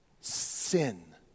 sin